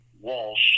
Walsh